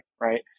Right